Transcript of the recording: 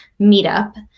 meetup